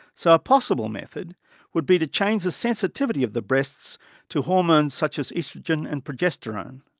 so a possible method would be to change the sensitivity of the breasts to hormones such as oestrogen and progesterone.